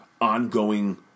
ongoing